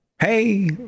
Hey